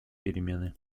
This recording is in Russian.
перемены